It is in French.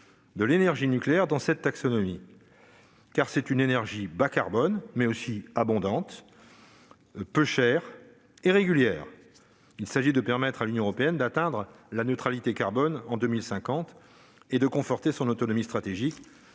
de l'énergie nucléaire dans cette taxonomie, car il s'agit d'une énergie bas-carbone, mais également abondante, peu chère et régulière. L'enjeu est de permettre à l'Union européenne d'atteindre la neutralité carbone en 2050 et de conforter son autonomie stratégique,